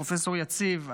פרופ' יציב,